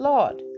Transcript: Lord